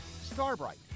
Starbright